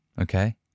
Okay